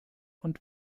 und